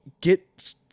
get